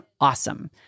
awesome